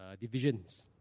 divisions